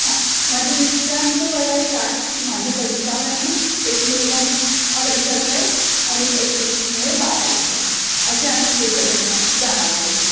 हां माझे मिस्टरांचं वय आहे साठ माझं पंचावन्न एक मुलगा माझा सहा वर्षाचा आहे आणि एक मुलगा आहे बारा वर्षाचा असे आम्ही चौघं जण जाणार आहोत